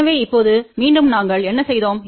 எனவே இப்போது மீண்டும் நாங்கள் என்ன செய்தோம்